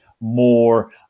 more